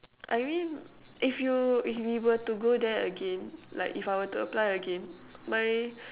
I mean if you if we were to go there again like if I were to apply again my